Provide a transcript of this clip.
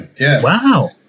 Wow